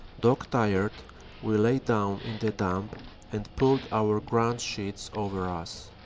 dog-tired we lay down in the damp and pulled our ground-sheets over us.